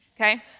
okay